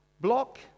block